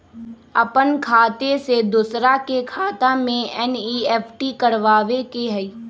अपन खाते से दूसरा के खाता में एन.ई.एफ.टी करवावे के हई?